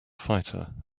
fighter